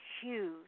huge